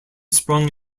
sprung